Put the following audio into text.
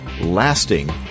lasting